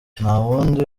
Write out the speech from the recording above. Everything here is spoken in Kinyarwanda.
ntawundi